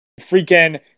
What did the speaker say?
freaking